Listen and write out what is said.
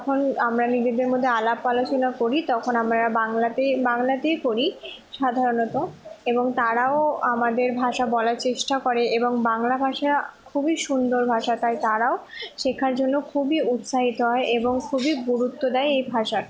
যখন আমরা নিজেদের মধ্যে আলাপ আলোচনা করি তখন আমরা বাংলাতেই বাংলাতেই করি সাধারণত এবং তারাও আমাদের ভাষা বলার চেষ্টা করে এবং বাংলা ভাষা খুবই সুন্দর ভাষা তাই তারাও শেখার জন্য খুবই উৎসাহিত হয় এবং খুবই গুরুত্ব দেয় এই ভাষার